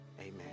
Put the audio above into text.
Amen